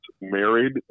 married